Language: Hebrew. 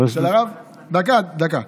דקה, דקה.